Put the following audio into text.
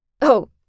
Oh